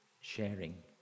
sharing